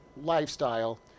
lifestyle